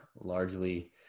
largely